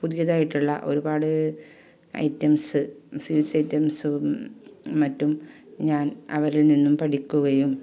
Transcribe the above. പുതിയതായിട്ടുള്ള ഒരുപാട് items sweets ഐറ്റംസും മറ്റും ഞാൻ അവരിൽ നിന്നും പഠിക്കുകയും